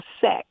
sex